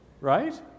right